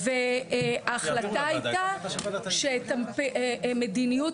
וההחלטה הייתה שמדיניות